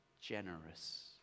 generous